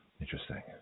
Interesting